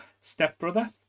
stepbrother